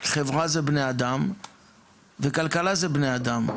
חברה זה בני אדם וכלכלה זה בני אדם.